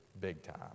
big-time